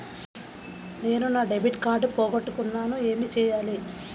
నేను నా debit card పోగొట్టుకున్నాను ఏమి చేయాలి?